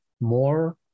more